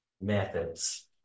methods